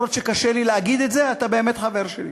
אפילו שקשה לי להגיד את זה, אתה באמת חבר שלי,